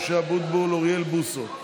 משה אבוטבול ואוריאל בוסו,